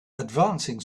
advancing